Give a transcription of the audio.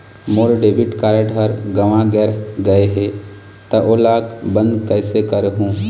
मोर debit card हर गंवा गैर गए हे त ओला बंद कइसे करहूं?